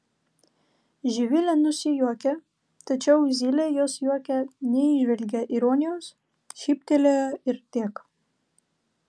živilė nusijuokė tačiau zylė jos juoke neįžvelgė ironijos šyptelėjo ir tiek